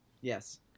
Yes